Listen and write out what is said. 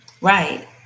Right